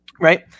Right